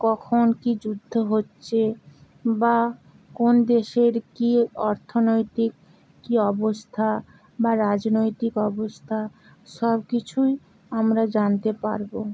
কখন কী যুদ্ধ হচ্চে বা কোন দেশের কী অর্থনৈতিক কী অবস্থা বা রাজনৈতিক অবস্থা সব কিছুই আমরা জানতে পারবো